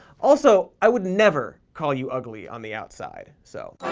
also, i would never call you ugly on the outside, so.